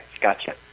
gotcha